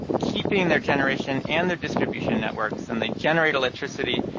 keeping their generation and their distribution networks, and they generate electricity,